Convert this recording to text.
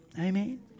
Amen